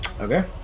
Okay